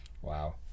Wow